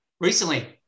recently